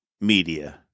media